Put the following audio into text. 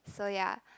so ya